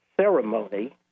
ceremony